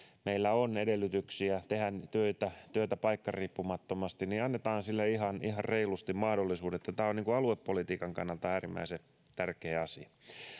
meillä on edellytyksiä tehdä töitä töitä paikkariippumattomasti niin annetaan sille ihan ihan reilusti mahdollisuudet tämä on aluepolitiikan kannalta äärimmäisen tärkeä asia